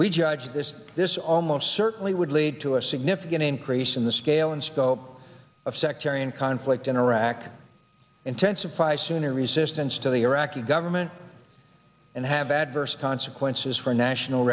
we judge this this almost certainly would lead to a significant increase in the scale and scope of sectarian conflict in iraq intensify sunni resistance to the iraqi government and have adverse consequences for national